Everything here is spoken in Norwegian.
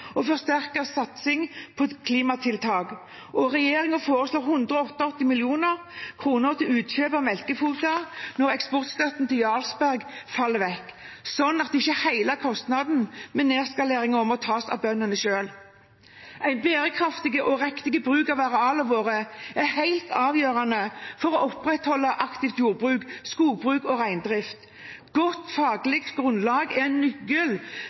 og en forsterket satsing på klimatiltak. Regjeringen foreslår også 188 mill. kr til utkjøp av melkekvoter når eksportstøtten til Jarlsberg faller bort, slik at ikke hele kostnaden ved nedskaleringen må tas av bøndene selv. En bærekraftig og riktig bruk av arealene våre er helt avgjørende for å opprettholde et aktivt jordbruk og skogbruk og en aktiv reindrift. Godt faglig grunnlag er en